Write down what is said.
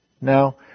Now